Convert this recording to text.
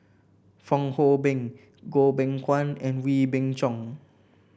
Fong Hoe Beng Goh Beng Kwan and Wee Beng Chong